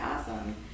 awesome